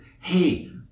Hey